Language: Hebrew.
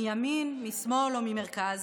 מימין משמאל או ממרכז,